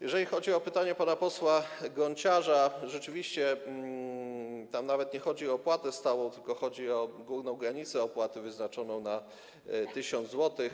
Jeżeli chodzi o pytanie pana posła Gonciarza, rzeczywiście tam nawet nie chodzi o opłatę stałą, tylko chodzi o górną granicę opłaty wyznaczoną na 1 tys. zł.